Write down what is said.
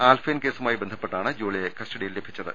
ആൽഫൈൻ കേസുമായി ബന്ധപ്പെട്ടാണ് ജോളിയെ കസ്റ്റഡിയിൽ ലഭിച്ചത്